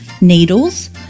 needles